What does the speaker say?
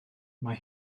mae